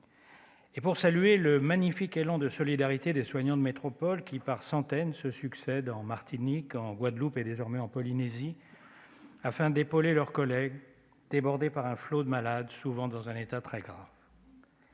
et pour saluer le magnifique élan de solidarité des soignants de métropole qui, par centaines, se succèdent en Martinique, en Guadeloupe et désormais en Polynésie, afin d'épauler leurs collègues, débordés par un flot de malades souvent dans un état très grave.